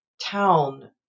town